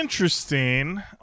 interesting